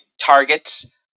targets